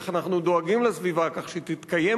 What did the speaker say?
איך אנחנו דואגים לסביבה כך שתתקיים